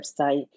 website